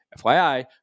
FYI